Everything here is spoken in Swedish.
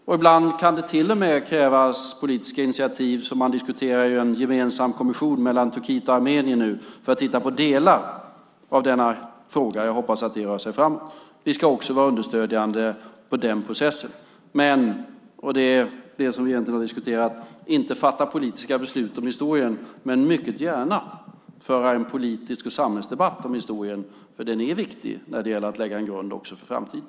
Och ibland kan det till och med krävas politiska initiativ, som man diskuterar i en gemensam kommission mellan Turkiet och Armenien nu för att titta på delar av denna fråga. Jag hoppas att det rör sig framåt. Vi ska också vara understödjande i den processen. Vi ska inte - det är det som vi egentligen har diskuterat - fatta politiska beslut om historien. Men vi kan mycket gärna föra en politisk samhällsdebatt om historien, för den är viktig när det gäller att lägga en grund också för framtiden.